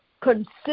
Consider